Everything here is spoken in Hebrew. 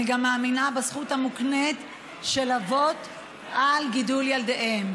אני גם מאמינה בזכות המוקנית של אבות לגידול ילדיהם,